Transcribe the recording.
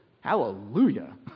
Hallelujah